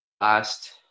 last